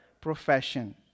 profession